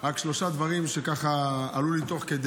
רק שלושה דברים שככה עלו לי תוך כדי: